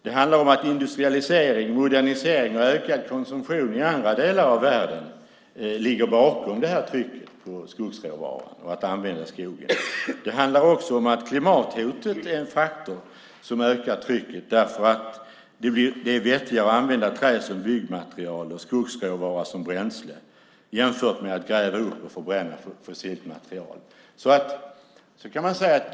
Det är industrialisering, modernisering och ökad konsumtion i andra delar i världen som ligger bakom trycket på skogsråvara och att använda skogen. Det handlar också om att klimathotet är en faktor som ökar trycket. Det är vettigare att använda trä som byggmaterial och skogsråvara som bränsle jämfört med att gräva upp och förbränna fossilt material.